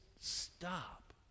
stop